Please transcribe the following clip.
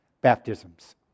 baptisms